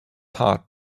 heart